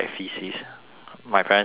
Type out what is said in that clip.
my parents didn't know what it mean